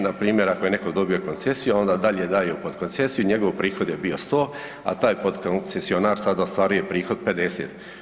Npr. ako je netko dobio koncesiju, a onda dalje daje u potkoncesiju i njegov prihod je bio 100, a taj potkoncesionar sada ostvaruje prihod 50.